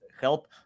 help